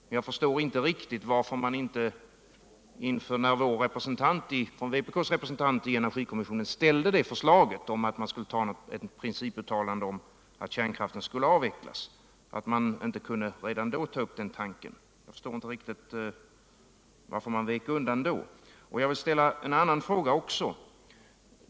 Men jag förstår inte riktigt varför man inte redan när vpk:s representant i energikommissionen ställde förslaget om antagande av et principuttalande om att kärnkraften skulle avvecklas kunde ta upp den tanken. Varför vek Energiforskning, man undan då? Jag vill också ställa en annan fråga.